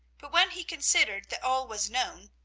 but when he considered that all was known,